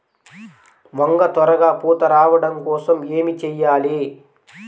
వంగ త్వరగా పూత రావడం కోసం ఏమి చెయ్యాలి?